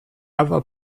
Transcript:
other